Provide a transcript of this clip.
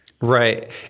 Right